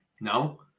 No